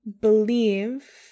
believe